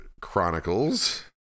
Chronicles